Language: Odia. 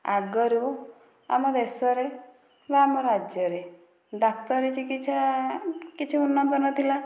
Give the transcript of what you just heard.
ଆଗରୁ ଆମ ଦେଶରେ କିମ୍ବା ଆମ ରାଜ୍ୟରେ ଡାକ୍ତରୀ ଚିକିତ୍ସା କିଛି ଉନ୍ନତ ନଥିଲା